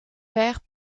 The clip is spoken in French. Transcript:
père